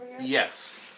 Yes